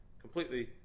completely